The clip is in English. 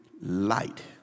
light